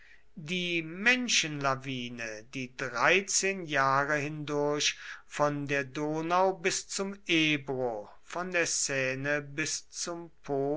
die menschenlawine die dreizehn jahre hindurch von der donau bis zum ebro von der seine bis zum